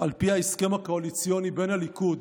על פי ההסכם הקואליציוני בין הליכוד